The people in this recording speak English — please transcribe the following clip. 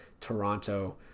Toronto